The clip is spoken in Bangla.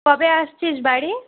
কবে আসছিস বাড়ি